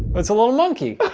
it's a little monkey!